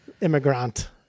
immigrant